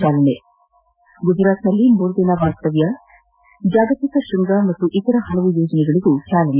ಚಾಲನೆ ಗುಜರಾತ್ನಲ್ಲಿ ಮೂರು ದಿನ ವಾಸ್ತವ್ಯ ಜಾಗತಿಕ ಶೃಂಗ ಹಾಗೂ ಇತರ ಹಲವು ಯೋಜನೆಗಳಿಗೂ ಚಾಲನೆ